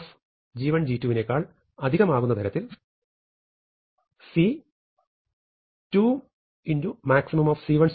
maxg1g2 വിനേക്കാൾ അധികമാവുന്ന തരത്തിൽ c 2